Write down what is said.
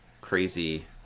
crazy